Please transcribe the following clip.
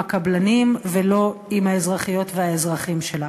הקבלנים ולא עם האזרחיות והאזרחים שלה.